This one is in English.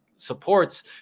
supports